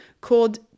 called